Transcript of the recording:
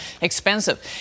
Expensive